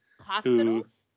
hospitals